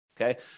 Okay